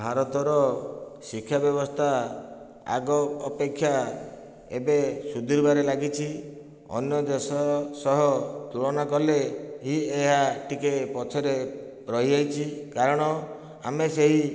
ଭାରତର ଶିକ୍ଷା ବ୍ୟବସ୍ଥା ଆଗ ଅପେକ୍ଷା ଏବେ ସୁଧୁରିବାରେ ଲାଗିଛି ଅନ୍ୟ ଦେଶ ସହ ତୁଳନା କଲେ ଏହା ଟିକିଏ ପଛରେ ରହିଯାଇଛି କାରଣ ଆମେ ସେହି